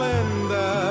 Linda